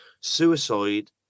Suicide